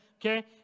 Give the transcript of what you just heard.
Okay